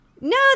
No